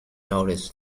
notice